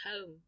home